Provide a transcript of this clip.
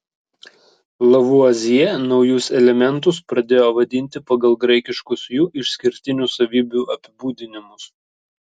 lavuazjė naujus elementus pradėjo vadinti pagal graikiškus jų išskirtinių savybių apibūdinimus